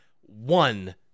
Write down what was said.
one